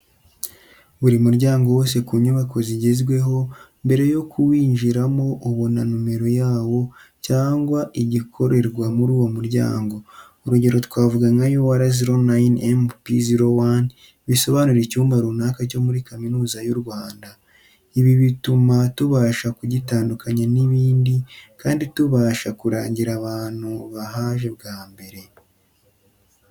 Buri muryango wose ku nyubako zigezweho, mbere yo kuwinjiramo ubona numero yawo cyangwa igikorerwa muri uwo muryango. Urugero twavuga nka UR-09-MP01 bisobanura icyumba runaka cyo muri Kaminuza y'u Rwanda. Ibi bituma tubasha kugitandukanya n'ibindi kandi tubasha kurangira abantu bahaje bwa mbere.